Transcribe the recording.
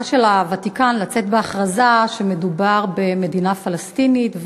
של הוותיקן לצאת בהכרזה שמדובר במדינה פלסטינית,